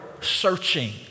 searching